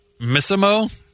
Missimo